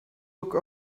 look